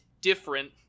different